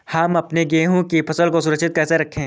हम अपने गेहूँ की फसल को सुरक्षित कैसे रखें?